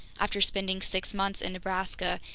after spending six months in nebraska,